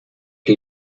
que